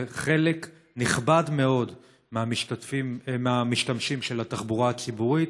זה חלק נכבד מאוד מהמשתמשים של התחבורה הציבורית,